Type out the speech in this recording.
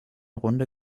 runde